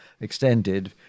extended